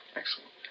excellent